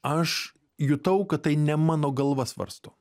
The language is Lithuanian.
aš jutau kad tai ne mano galva svarsto